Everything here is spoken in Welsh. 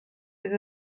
fydd